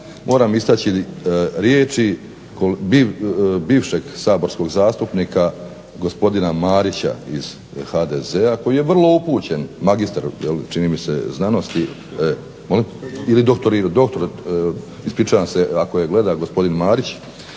moram istaći riječi bivšeg saborskog zastupnika gospodina Marića iz HDZ-a koji je vrlo upućen, magistar čini mi se znanosti ili doktorirao, doktor, ispričavam se ako gleda gospodin Marić,